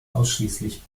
ausschließlich